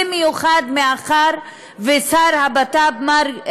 במיוחד מאחר שהשר לביטחון פנים,